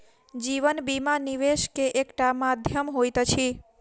जीवन बीमा, निवेश के एकटा माध्यम होइत अछि